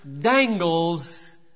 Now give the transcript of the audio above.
dangles